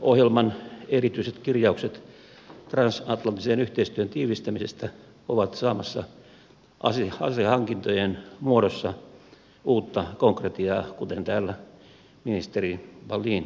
hallitusohjelman erityiset kirjaukset transatlanttisen yhteistyön tiivistämisestä ovat saamassa asehankintojen muodossa uutta konkretiaa kuten täällä ministeri wallin totesi